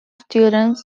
students